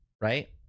right